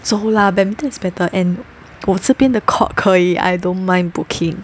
走啦 badminton is better and 我这边的 court 可以 I don't mind booking